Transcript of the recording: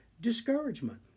discouragement